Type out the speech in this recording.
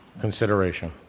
consideration